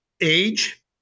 age